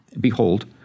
Behold